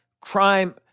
crime